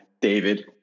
david